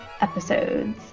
episodes